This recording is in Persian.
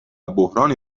بحرانی